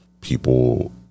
People